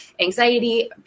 anxiety